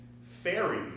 fairy